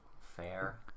Fair